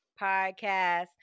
Podcast